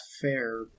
fair